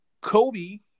Kobe